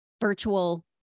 virtual